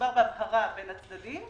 מדובר בהצהרה בין הצדדים.